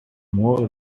more